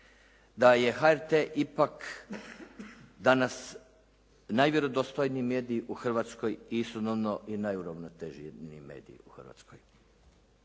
da je HRT ipak danas najvjerodostojniji medij u Hrvatskoj i istodobno najuravnoteženiji jednini medij u Hrvatskoj.